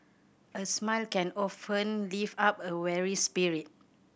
a smile can often lift up a weary spirit